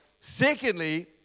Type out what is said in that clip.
Secondly